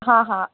ਹਾਂ ਹਾਂ